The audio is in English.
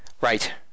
right